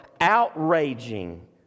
outraging